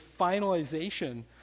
finalization